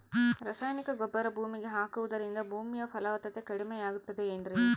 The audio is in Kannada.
ರಾಸಾಯನಿಕ ಗೊಬ್ಬರ ಭೂಮಿಗೆ ಹಾಕುವುದರಿಂದ ಭೂಮಿಯ ಫಲವತ್ತತೆ ಕಡಿಮೆಯಾಗುತ್ತದೆ ಏನ್ರಿ?